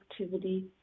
activity